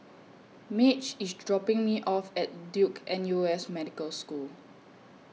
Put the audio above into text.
Madge IS dropping Me off At Duke N U S Medical School